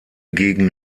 gegen